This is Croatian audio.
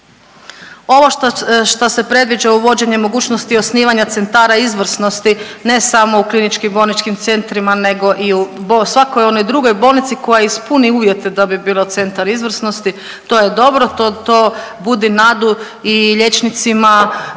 Ovo šta se predviđa uvođenje mogućnosti osnivanja centara izvrsnosti ne samo u KBC-ima nego i u svakoj onoj drugoj bolnici koja ispuni uvjet da bi bila centar izvrsnosti, to je dobro, to, to budi nadu i liječnicima